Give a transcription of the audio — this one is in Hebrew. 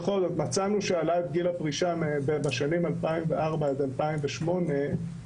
מצאנו שהעלאת גיל הפרישה בשנים 2004 עד 2008 תרמה